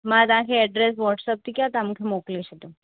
मां तव्हांखे address WhatsApp थी कयां तव्हां मूंखे मोकिले छॾियो